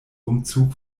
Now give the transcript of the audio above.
umzug